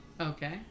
Okay